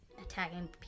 attacking